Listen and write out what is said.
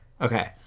Okay